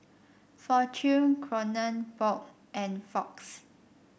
Fortune Kronenbourg and Fox